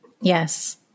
yes